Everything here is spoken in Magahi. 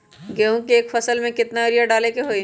गेंहू के एक फसल में यूरिया केतना डाले के होई?